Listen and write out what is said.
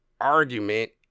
argument